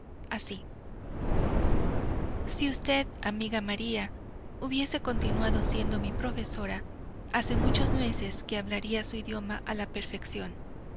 así si usted amiga maría hubiese continuado siendo mi profesora hace muchos meses que hablaría su idioma a la perfección